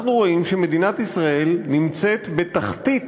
אנחנו רואים שמדינת ישראל נמצאת בתחתית